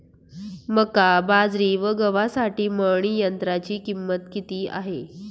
मका, बाजरी व गव्हासाठी मळणी यंत्राची किंमत किती आहे?